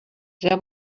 there